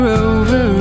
over